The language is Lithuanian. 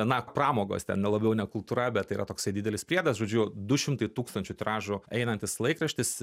na pramogos ten nelabiau ne kultūra bet tai yra toksai didelis priedas žodžiu du šimtai tūkstančių tiražų einantis laikraštis